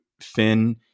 Finn